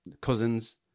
cousins